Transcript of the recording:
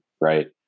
Right